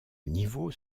niveau